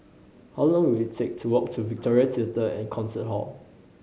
how long will it take to walk to Victoria Theatre and Concert Hall